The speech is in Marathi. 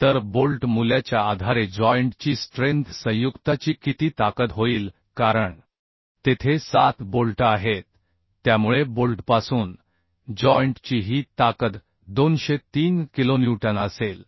तर बोल्ट मूल्याच्या आधारे जॉइंटची स्ट्रेंथ संयुक्ताची किती ताकद होईल कारण तेथे 7 बोल्ट आहेत त्यामुळे बोल्टपासून जॉइंटची ही ताकद 203 किलोन्यूटन असेल